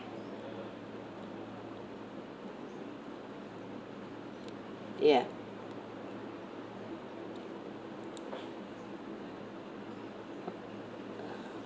ya